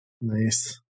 Nice